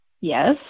Yes